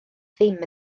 ddim